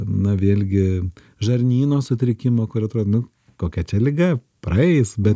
na vėlgi žarnyno sutrikimo kur atrodo nu kokia čia liga praeis bet